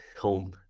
home